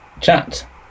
chat